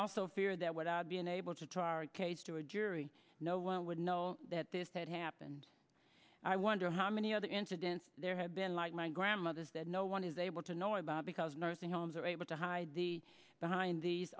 also fear that would be unable to try our case to a jury no one would know that this had happened i wonder how many other incidents there had been like my grandmother's that no one is able to know about because nursing homes are able to hide behind these